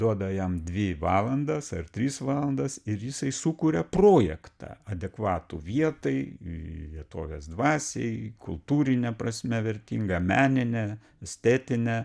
duoda jam dvi valandas ar tris valandas ir jisai sukuria projektą adekvatų vietai vietovės dvasiai kultūrine prasme vertingą menine estetine